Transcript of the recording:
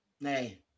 Hey